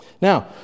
Now